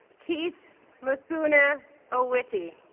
keith mudhune ah owiti